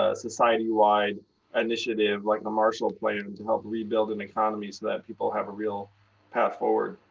ah society-wide initiative like the marshall plan to help rebuild an economy so that people have a real path forward.